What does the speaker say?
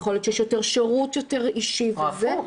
יכול להיות שיש שירות יותר אישי --- או הפוך.